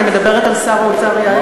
אני מדברת על שר האוצר יאיר לפיד.